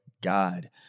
God